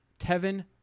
Tevin